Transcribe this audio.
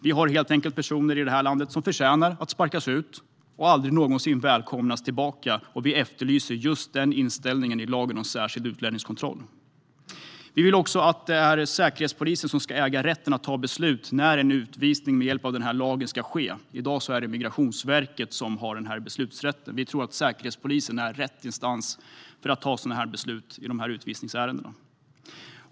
Det finns helt enkelt personer i det här landet som förtjänar att sparkas ut och aldrig någonsin välkomnas tillbaka, och vi efterlyser just den inställningen i lagen om särskild utlänningskontroll. Vi vill också att det ska vara Säkerhetspolisen som ska äga rätten att ta beslut om när en utvisning med hjälp av den här lagen ska ske. I dag är det Migrationsverket som har beslutsrätten. Vi tror att Säkerhetspolisen är rätt instans att avgöra sådana utvisningsärenden.